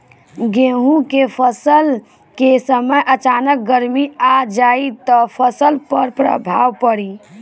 गेहुँ के फसल के समय अचानक गर्मी आ जाई त फसल पर का प्रभाव पड़ी?